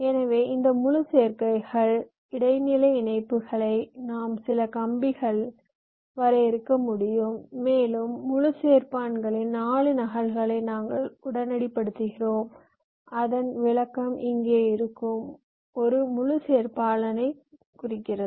எனவே இந்த முழு சேர்க்கைகள் இடைநிலை இணைப்புகளை நாம் சில கம்பிகளை வரையறுக்க முடியும் மேலும் முழு சேர்ப்பான் களின் 4 நகல்களை நாங்கள் உடனடிப்படுத்துகிறோம் அதன் விளக்கம் இங்கே இருக்கும் ஒரு முழு சேர்க்கையாளரைக் குறிக்கிறது